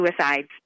suicides